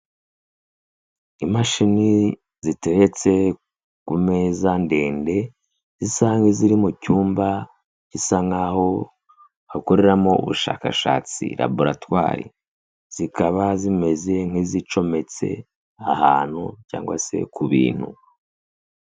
Imashini ziteretse ku meza ndende zisa n'iziri mu cyumba gisa naho hakoreramo ubushakashatsi laboratwari, zikaba zimeze nk'izicometse ahantu cyangwa se ku bintu.